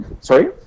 Sorry